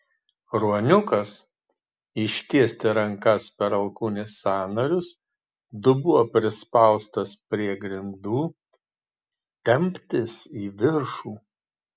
ruoniukas ištiesti rankas per alkūnės sąnarius dubuo prispaustas prie grindų temptis į viršų